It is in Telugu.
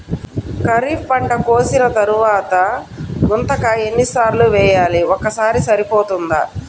ఖరీఫ్ పంట కోసిన తరువాత గుంతక ఎన్ని సార్లు వేయాలి? ఒక్కసారి సరిపోతుందా?